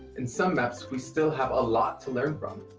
and some maps we still have a lot to learn from.